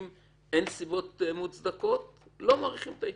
אם אין סיבות מוצדקות, לא מאריכים את ההתיישנות.